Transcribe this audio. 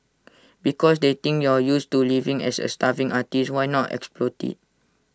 because they think you're used to living as A starving artist why not exploit IT